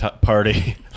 party